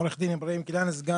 או שכר